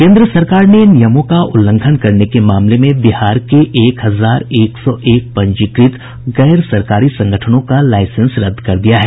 केन्द्र सरकार ने नियमों का उल्लंघन करने के मामले में बिहार के एक हजार एक सौ एक पंजीकृत गैर सरकारी संगठनों का लाईसेंस रद्द कर दिया है